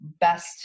best